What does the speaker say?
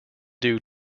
due